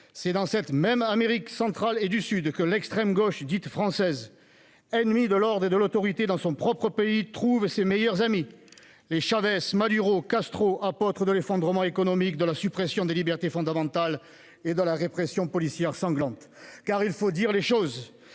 C'est dans cette même Amérique centrale et du Sud que l'extrême gauche dite française, ennemie de l'ordre et de l'autorité dans son propre pays, trouve ses meilleurs amis : les Chavez, Maduro, Castro, apôtres de l'effondrement économique, de la suppression des libertés fondamentales et de la répression policière sanglante. En effet, il faut dire les choses,